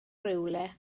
rywle